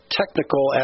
technical